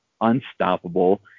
unstoppable